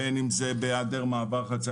בין אם זה בהעדר מעבר חציה,